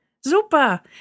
Super